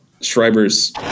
Schreiber's